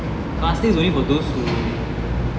class three is only for those who